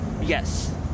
Yes